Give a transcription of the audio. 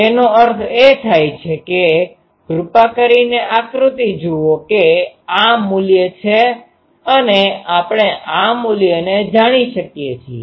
તેનો અર્થ એ થાય છે કૃપા કરીને આકૃતિ જુઓ કે આ મૂલ્ય છે અને આપણે આ મૂલ્યને જાણીએ છીએ